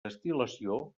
destil·lació